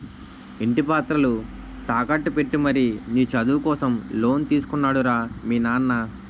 ఇంటి పత్రాలు తాకట్టు పెట్టి మరీ నీ చదువు కోసం లోన్ తీసుకున్నాడు రా మీ నాన్న